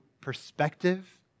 perspective